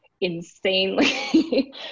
insanely